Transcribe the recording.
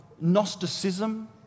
Gnosticism